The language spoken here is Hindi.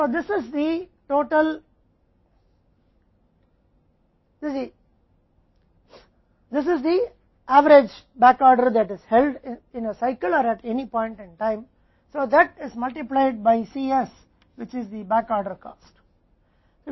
तो यह कुल है यह औसत बैकऑर्डर है जो एक चक्र में या किसी भी समय पर आयोजित किया जाता है ताकि Cs द्वारा गुणा किया जाए जो बैकऑर्डर लागत है